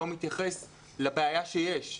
לא מתייחס לבעיה שיש.